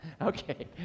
Okay